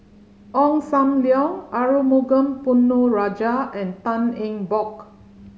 Ong Sam Leong Arumugam Ponnu Rajah and Tan Eng Bock